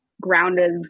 grounded